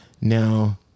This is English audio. Now